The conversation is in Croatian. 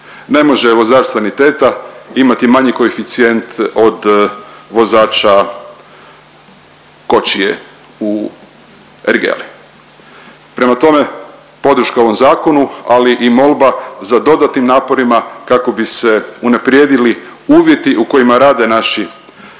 Ne može vozač saniteta imati manji koeficijent od vozača kočije u ergeli. Prema tome podrška ovom zakonu ali i molba za dodatnim naporima kako bi se unaprijedili uvjeti u kojima rade naši